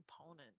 component